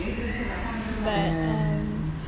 but mm